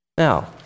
Now